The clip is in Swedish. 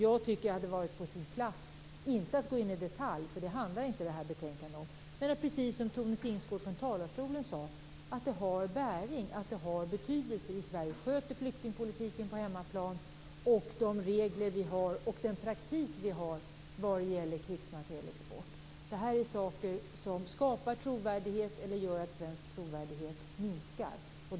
Även om det inte är på sin plats att gå in på detta i detalj, eftersom det här betänkandet inte handlar om det, tycker jag, som Tone Tingsgård sade från talarstolen, att det har en betydelse hur Sverige sköter flyktingpolitiken på hemmaplan, de regler vi har och den praktik vi har vad gäller krigsmaterielexport. Det här är saker som skapar trovärdighet eller gör att svensk trovärdighet minskar.